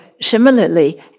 similarly